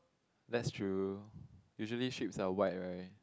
that's true usually sheep's are white right